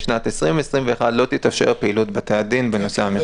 בשנת 2021 לא תתאפשר פעילות בתי הדין בנושא המחשוב.